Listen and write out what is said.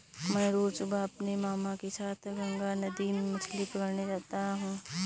मैं रोज सुबह अपने मामा के साथ गंगा नदी में मछली पकड़ने जाता हूं